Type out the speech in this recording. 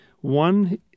One